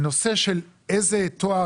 הנושא של איזה תואר,